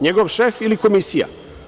NJegov šef ili komisija?